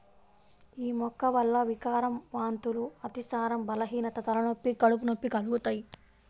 యీ మొక్క వల్ల వికారం, వాంతులు, అతిసారం, బలహీనత, తలనొప్పి, కడుపు నొప్పి కలుగుతయ్